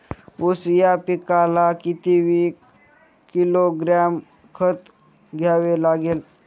ऊस या पिकाला किती किलोग्रॅम खत द्यावे लागेल?